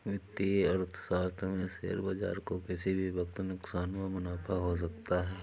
वित्तीय अर्थशास्त्र में शेयर बाजार को किसी भी वक्त नुकसान व मुनाफ़ा हो सकता है